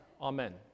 amen